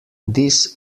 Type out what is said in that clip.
this